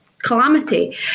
Calamity